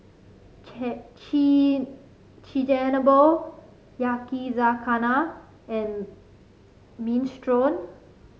Chigenabe Yakizakana and Minestrone